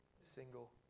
single